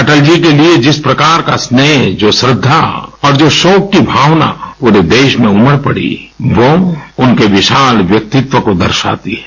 अटल जी के लिए जिस प्रकार का स्नेह जो श्रद्धा और जो शोक की भावना पूरे देश में उमड़ पड़ी वह उनके विशाल व्यक्तित्व को दर्शाती है